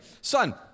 Son